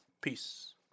Peace